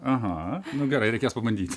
aha nu gerai reikės pabandyti